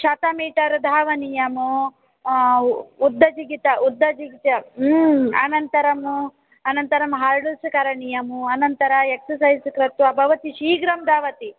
शतमीटर् धावनीयम् उद्दजिगित उद्दजिगित अनन्तरम् अनन्तरं हर्डल्स् करणीयम् अनन्तर एक्सर्सैस् कृत्वा भवती शीघ्रं दावति